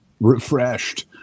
refreshed